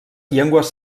llengües